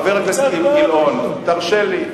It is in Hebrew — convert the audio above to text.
חבר הכנסת גילאון, תרשה לי.